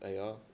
AR